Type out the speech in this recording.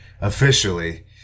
officially